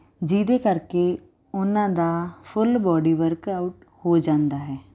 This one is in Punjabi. ਜਿਹਦੇ ਕਰਕੇ ਉਹਨਾਂ ਦਾ ਫੁੱਲ ਬਾਡੀ ਵਰਕਆਊਟ ਹੋ ਜਾਂਦਾ ਹੈ